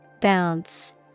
Bounce